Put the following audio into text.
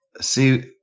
See